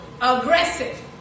aggressive